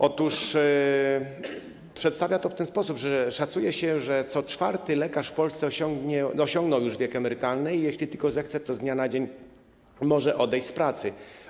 Otóż przedstawia to w ten sposób: szacuje się, że co czwarty lekarz w Polsce osiągnął już wiek emerytalny i jeśli tylko zechce, to z dnia na dzień może odjeść z pracy.